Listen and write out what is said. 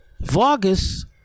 Vargas